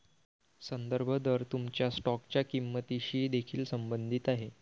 संदर्भ दर तुमच्या स्टॉकच्या किंमतीशी देखील संबंधित आहे